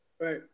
Right